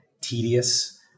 tedious